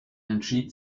entschied